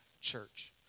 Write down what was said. church